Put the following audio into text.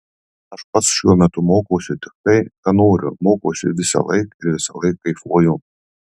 aš pats šiuo metu mokausi tik tai ką noriu mokausi visąlaik ir visąlaik kaifuoju